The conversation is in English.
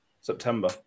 September